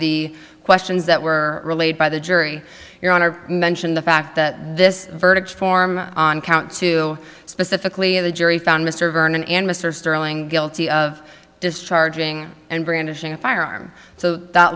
the questions that were relayed by the jury your honor mention the fact that this verdict form on count two specifically the jury found mr vernon and mr sterling guilty of discharging and brandishing a firearm so that